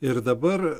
ir dabar